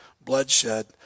bloodshed